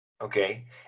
okay